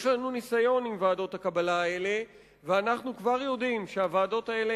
יש לנו ניסיון עם ועדות הקבלה האלה ואנחנו כבר יודעים שהוועדות האלה